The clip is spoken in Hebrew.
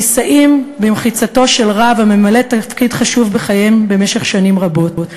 נישאים במחיצתו של רב הממלא תפקיד חשוב בחייהם במשך שנים רבות.